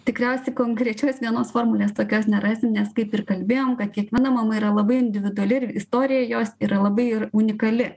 tikriausiai konkrečios vienos formulės tokios nerasim nes kaip ir kalbėjom kad kiekviena mama yra labai individuali ir istorija jos yra labai ir unikali